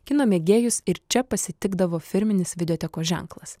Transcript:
kino mėgėjus ir čia pasitikdavo firminis videotekos ženklas